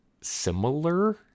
similar